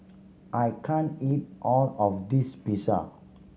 I can't eat all of this Pizza